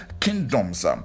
kingdoms